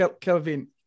Kelvin